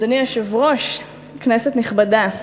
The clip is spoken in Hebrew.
אדוני היושב-ראש, כנסת נכבדה,